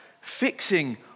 fixing